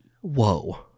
Whoa